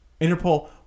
Interpol